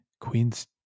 queen's